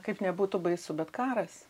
kaip nebūtų baisu bet karas